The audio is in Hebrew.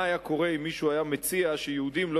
מה היה קורה אם מישהו היה מציע שיהודים לא